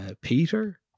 Peter